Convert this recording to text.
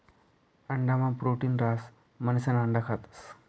अंडा मान प्रोटीन रहास म्हणिसन अंडा खातस